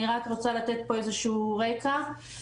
אני רוצה לתת פה איזשהו רקע.